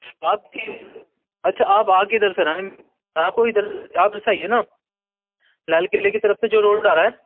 بات کی ہے اچھا آپ آ کدھر سے رہے ہیں ہاں کوئی اِدھر آپ ادھر سے آئیے نا لال قلعے کی طرف سے جو روڈ آ رہا ہے